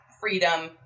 freedom